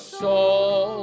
soul